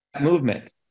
movement